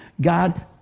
God